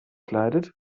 kleidet